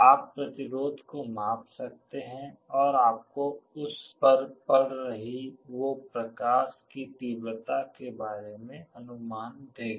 आप प्रतिरोध को माप सकते हैं जो आपको जो उस पर पड़ रही है वो प्रकाश की तीव्रता के बारे में एक अनुमान देगा